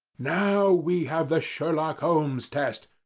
now we have the sherlock holmes' test,